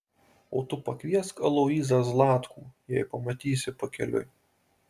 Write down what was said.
o tu pakviesk aloyzą zlatkų jei pamatysi pakeliui